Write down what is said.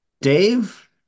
Dave